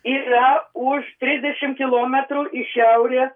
yra už trisdešim kilometrų į šiaurę